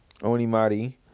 Onimari